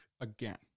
again